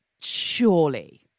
surely